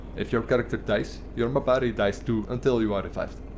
if your character dies, your mabari dies too until you are revived.